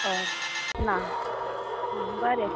हय ना बरें